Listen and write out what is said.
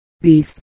beef